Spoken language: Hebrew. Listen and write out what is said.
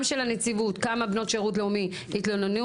גם של הנציבות, כמה בנות שירות לאומי התלוננו.